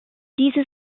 diese